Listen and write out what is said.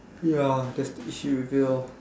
ya that's the issue with it lor